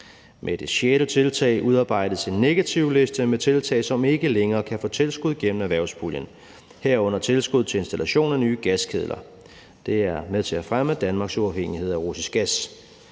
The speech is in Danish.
Med det sjette tiltag udarbejdes en negativliste med tiltag, som ikke længere kan få tilskud igennem erhvervspuljen, herunder tilskud til installation af nye gaskedler. Det er med til at fremme Danmarks uafhængighed af russisk gas.